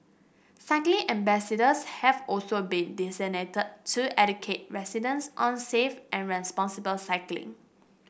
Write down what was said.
cycling ambassadors have also been designated to educate residents on safe and responsible cycling